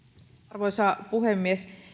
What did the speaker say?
arvoisa puhemies